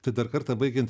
tai dar kartą baigiant